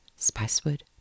Spicewood